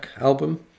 album